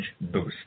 boost